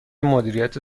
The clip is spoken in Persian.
مدیریت